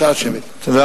חס ושלום, אם תפרוץ?